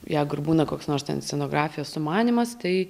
jeigu ir būna koks nors ten scenografijos sumanymas tai